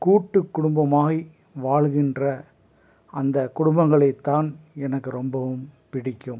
கூட்டு குடும்பமாய் வாழுகின்ற அந்த குடும்பங்களைத் தான் எனக்கு ரொம்பவும் பிடிக்கும்